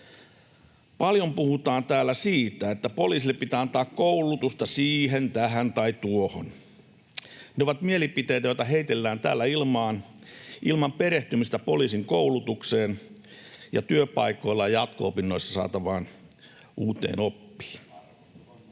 Paljon puhutaan täällä siitä, että poliisille pitää antaa koulutusta siihen, tähän tai tuohon. Ne ovat mielipiteitä, joita heitellään täällä ilmaan, ilman perehtymistä poliisin koulutukseen ja työpaikoilla ja jatko-opinnoissa saatavaan uuteen oppiin.